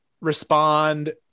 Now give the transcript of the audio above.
respond